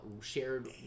shared